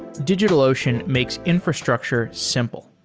digitalocean makes infrastructure simple.